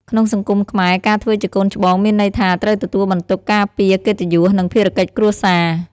ក្នុងសង្គមខ្មែរ ការធ្វើជាកូនច្បងមានន័យថាត្រូវទទួលបន្ទុកការពារកិត្តិយស និងភារកិច្ចគ្រួសារ។